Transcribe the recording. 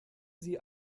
sie